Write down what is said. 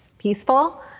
Peaceful